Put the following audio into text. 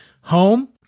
home